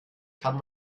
kann